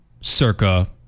circa